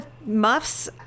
Muffs